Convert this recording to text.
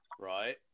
Right